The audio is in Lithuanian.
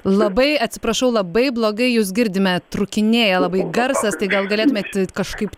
labai atsiprašau labai blogai jus girdime trūkinėja labai garsas tai gal galėtumėte kažkaip